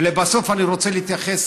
בסוף אני רוצה להתייחס,